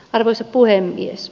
arvoisa puhemies